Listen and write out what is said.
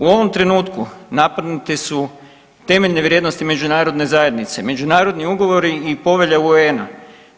U ovom trenutku napadnute su temeljne vrijednosti međunarodne zajednice, međunarodni ugovori i povelja UN-a.